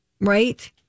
right